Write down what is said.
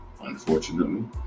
Unfortunately